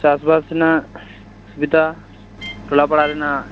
ᱪᱟᱥ ᱵᱟᱥ ᱨᱮᱱᱟᱜ ᱥᱩᱵᱤᱫᱷᱟ ᱴᱚᱞᱟᱯᱟᱲᱟ ᱨᱮᱱᱟᱜ